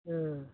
ம்